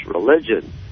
religion